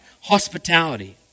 hospitality